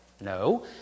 no